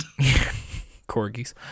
corgis